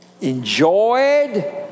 enjoyed